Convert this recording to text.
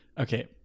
Okay